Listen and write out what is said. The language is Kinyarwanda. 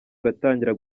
aratangira